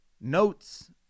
notes